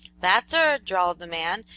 that's her, drawled the man,